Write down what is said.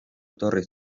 etorri